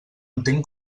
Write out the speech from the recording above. entenc